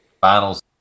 finals